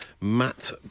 Matt